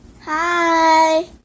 Hi